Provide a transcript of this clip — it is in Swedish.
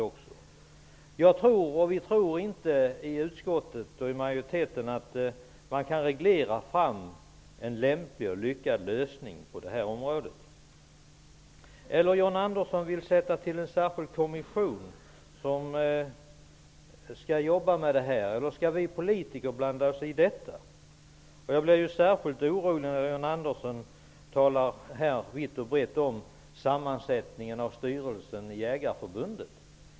Utskottsmajoriteten tror inte att man reglera fram en lämplig och lyckad lösning. Vill John Andersson tillsätta en särskild kommission som skall arbeta med frågan, eller skall vi politiker blanda oss i detta? Jag blir särskilt orolig när jag hör John Andersson tala vitt och brett om sammansättningen av styrelsen i Jägareförbundet.